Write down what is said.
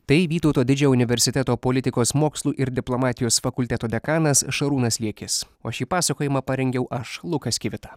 tai vytauto didžiojo universiteto politikos mokslų ir diplomatijos fakulteto dekanas šarūnas liekis o šį pasakojimą parengiau aš lukas kivita